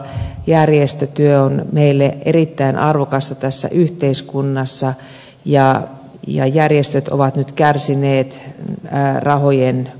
järjestötyö on meille erittäin arvokasta tässä yhteiskunnassa ja järjestöt ovat nyt kärsineet rahojen puutteesta